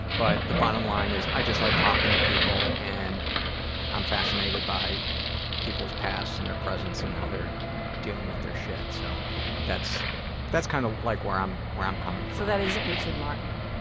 but the bottom line is, i just like talking to people. and i'm fascinated by people's pasts and their presents and how they're dealing with their shit. so that's that's kind of like where i'm where i'm coming from. so that isn't richard martin.